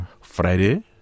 Friday